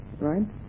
right